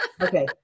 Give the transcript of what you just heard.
Okay